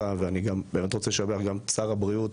ואני גם באמת רוצה לשבח גם את שר הבריאות,